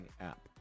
app